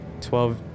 Twelve